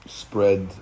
spread